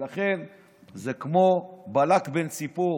ולכן זה כמו בלק בין ציפור,